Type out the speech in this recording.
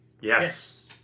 Yes